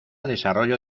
desarrollo